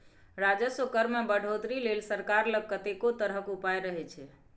राजस्व कर मे बढ़ौतरी लेल सरकार लग कतेको तरहक उपाय रहय छै